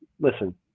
listen